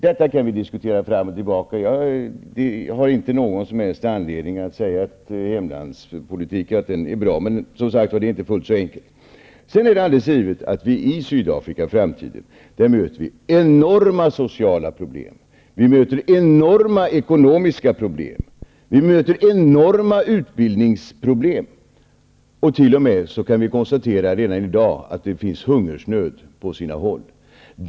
Detta kan vi diskutera fram och tillbaka. Jag har inte någon som helst anledning att säga att hemlandspolitiken är bra. Men det är som sagt var inte fullt så enkelt. Det är alldeles givet att vi i Sydafrika i framtiden möter enorma sociala problem, vi möter enorma ekonomiska problem och vi möter enorma utbildningsproblem. Vi kan t.o.m. konstatera redan i dag att det finns hungersnöd på sina håll.